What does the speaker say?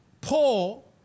Paul